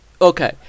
Okay